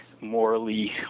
morally